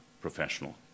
professional